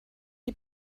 die